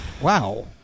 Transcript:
Wow